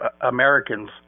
Americans